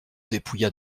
dépouilla